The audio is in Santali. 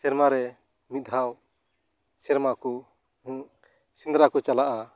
ᱥᱮᱨᱢᱟᱨᱮ ᱢᱤᱫ ᱫᱷᱟᱣ ᱥᱮᱨᱢᱟ ᱠᱚ ᱥᱮᱸᱫᱽᱨᱟᱠᱚ ᱪᱟᱞᱟᱜᱼᱟ